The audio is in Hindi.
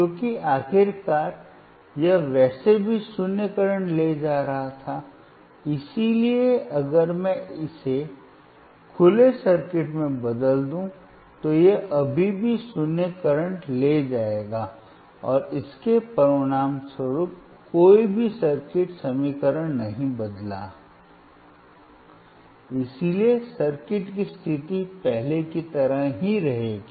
क्योंकि आखिरकार यह वैसे भी 0 करंट ले जा रहा था इसलिए अगर मैं इसे एक खुले सर्किट में बदल दूं तो यह अभी भी 0 करंट ले जाएगा और इसके परिणामस्वरूप कोई सर्किट समीकरण नहीं बदला है इसलिए सर्किट की स्थिति पहले की तरह ही रहेगी